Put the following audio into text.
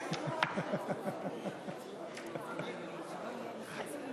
חופש הדת והמצפון,